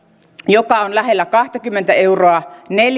joka on lähellä kahtakymmentä euroa